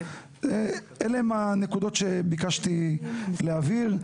אלה הן הנקודות שביקשתי להבהיר.